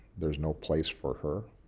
there's no place for her